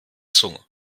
zunge